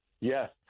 Yes